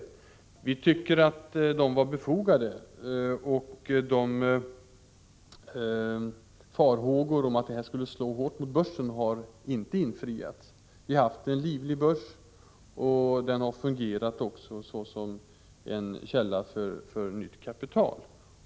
Vi tycker att skärpningen var befogad, och farhågorna för att den skulle slå hårt mot börsen har inte besannats. Vi har haft en livlig börs, och den har också fungerat såsom en källa för nytt kapital.